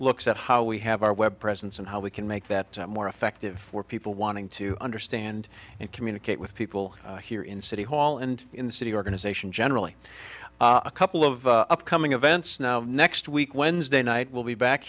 looks at how we have our web presence and how we can make that more effective for people wanting to understand and communicate with people here in city hall and in the city organization generally a couple of upcoming events now next week wednesday night will b